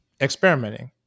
experimenting